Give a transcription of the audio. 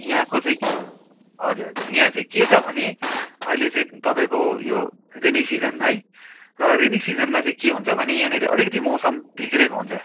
यहाँको चाहिँ के हजुर हजुर यहाँ चाहिँ के छ भने अहिले चाहिँ तपाईँको यो रेनी सिजन है र रेनी सिजनमा चाहिँ के हुन्छ भने यहाँनिर अलिकति मौसम बिग्रेको हुन्छ